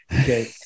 Okay